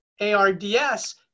ARDS